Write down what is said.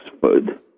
food